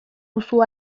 duzu